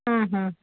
ಹ್ಞೂ ಹ್ಞೂ